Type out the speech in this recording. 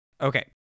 Okay